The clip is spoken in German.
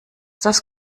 das